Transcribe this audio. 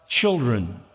children